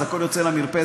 אז הכול יוצא למרפסת.